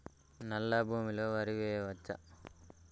నల్లా భూమి లో వరి వేయచ్చా?